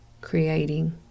creating